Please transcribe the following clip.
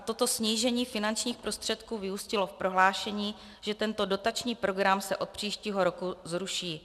Toto snížení finančních prostředků vyústilo v prohlášení, že tento dotační program se od příštího roku zruší.